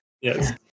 Yes